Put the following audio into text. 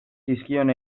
zizkion